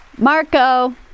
Marco